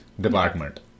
Department